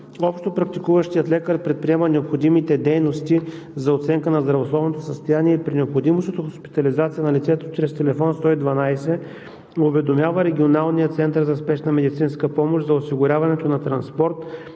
Общопрактикуващият лекар предприема необходимите действия за оценка на здравословното състояние и при необходимост от хоспитализация на лицето чрез тел. 112 уведомява регионалния център за спешна медицинска помощ за осигуряването на транспорт